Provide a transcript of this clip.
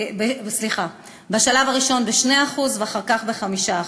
סליחה, בשלב הראשון 2%, ואחר כך 5%,